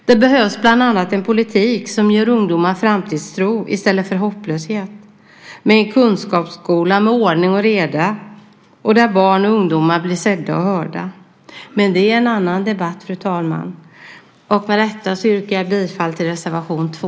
Det behövs bland annat en politik som inger ungdomar framtidstro i stället för hopplöshet samt en kunskapsskola med ordning och reda och där barn och ungdomar blir sedda och hörda. Men det är, fru talman, en annan debatt. Med detta yrkar jag bifall till reservation 2.